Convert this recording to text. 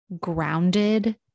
grounded